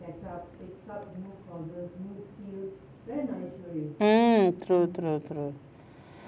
mm true true true